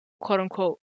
quote-unquote